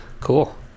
cool